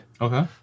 okay